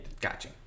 Gotcha